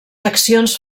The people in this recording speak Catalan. accions